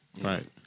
right